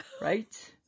right